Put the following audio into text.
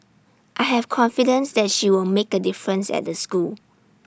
I have confidence that she'll make A difference at the school